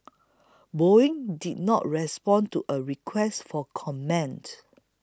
Boeing did not respond to a request for comment